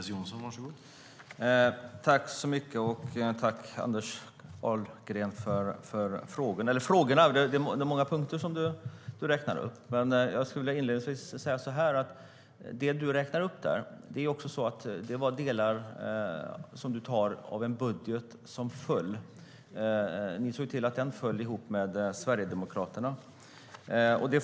Herr talman! Jag tackar Anders Ahlgren för frågorna och de många punkter han räknade upp. Men dessa punkter ingick i en budget som föll, vilket Alliansen och Sverigedemokraterna såg till.